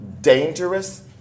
dangerous